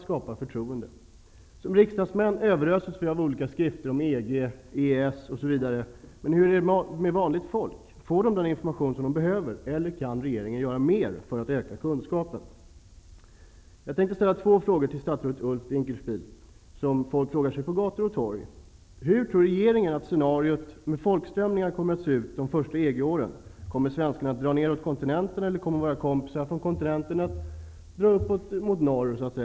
Som riksdagsmän överöses vi av olika skrifter om EG, EES m.m., men hur är det med vanligt folk? Jag vill till statsrådet Ulf Dinkelspiel ställa ett par frågor som diskuteras på gator och torg. Hur tror regeringen att scenariot med folkströmningar kommer att se ut under de första EG-åren? Kommer svenskarna att dra nedåt kontinenten, eller kommer våra kompisar från kontinenten att söka sig norrut?